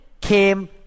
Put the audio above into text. came